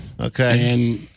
Okay